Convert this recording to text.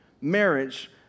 Marriage